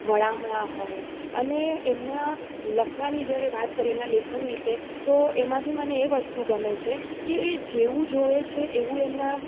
વળામણાં હોય અને એમના લખવાની જ્યારે વાત કરીને એમનાં લેખન વિશે તો એમાંથી મને એ વસ્તુ ગમે છે કે એ જેવું જુએ છે એવું એમનાં